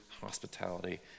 hospitality